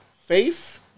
faith